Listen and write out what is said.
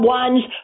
ones